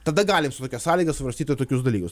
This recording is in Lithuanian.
tada galim su tokia sąlyga svarstyti tokius dalykus